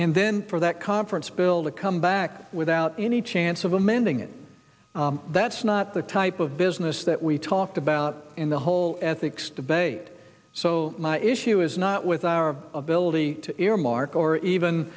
and then for that conference bill to come back without any chance of amending it that's not the type of business that we talked about in the whole ethics debate so my issue is not with our ability to earmark or